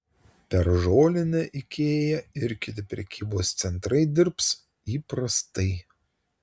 per žolinę ikea ir kiti prekybos centrai dirbs įprastai